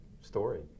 story